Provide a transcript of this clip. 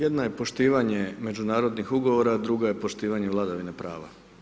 Jedna je poštivanje međunarodnih ugovora, druga je poštivanje vladavine prava.